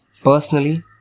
Personally